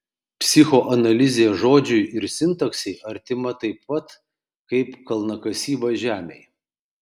psichoanalizė žodžiui ir sintaksei artima taip pat kaip kalnakasyba žemei